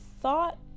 thought